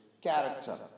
character